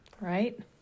Right